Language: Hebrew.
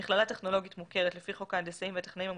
מכללה טכנולוגית מוכרת לפי חוק ההנדסאים והטכנאים המוסמכים,